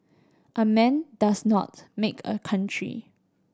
a man does not make a country